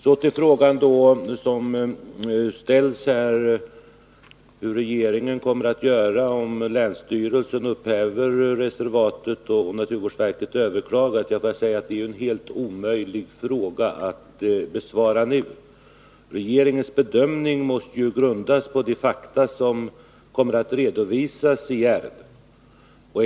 Så till frågan om vad regeringen kommer att göra om länsstyrelsen upphäver reservatet och naturvårdsverket överklagar. Det är helt omöjligt att besvara den frågan nu. Regeringens bedömning måste grundas på de fakta som kommer att redovisas i ärendet.